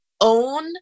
own